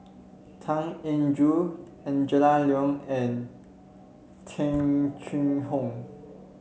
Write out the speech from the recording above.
Tan Eng Joo Angela Liong and Tung Chye Hong